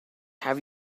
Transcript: have